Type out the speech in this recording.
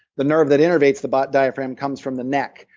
the nerve that innervates the but diaphragm comes from the neck.